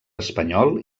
espanyol